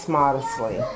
modestly